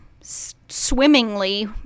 swimmingly